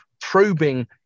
probing